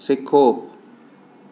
सिखो